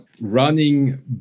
running